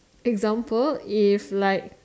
example if like